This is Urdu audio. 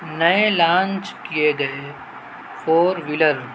نئے لانچ کیے گئے فور ویلر